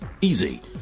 easy